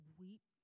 weep